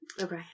Okay